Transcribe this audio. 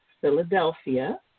Philadelphia